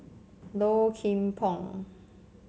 Low Kim Pong